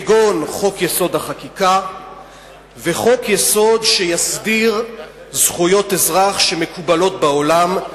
כגון חוק-יסוד: החקיקה וחוק-יסוד שיסדיר זכויות אזרח שמקובלות בעולם,